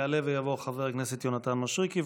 יעלה ויבוא חבר הכנסת יונתן מישרקי,